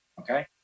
Okay